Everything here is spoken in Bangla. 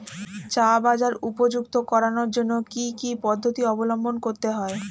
চা বাজার উপযুক্ত করানোর জন্য কি কি পদ্ধতি অবলম্বন করতে হয়?